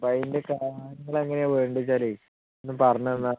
അപ്പോൾ അതിൻ്റെ കാര്യങ്ങളെങ്ങനെയാ വേണ്ടത് വെച്ചാൽ ഒന്നു പറഞ്ഞു തന്നാൽ